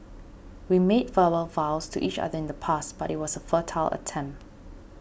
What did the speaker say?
we made verbal vows to each other in the past but it was a futile attempt